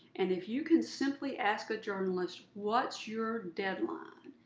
and if you can simply ask a journalist, what's your deadline?